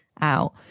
out